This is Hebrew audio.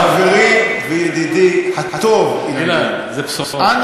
חברי וידידי הטוב אילן גילאון, אילן, זה בשורה.